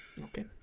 Okay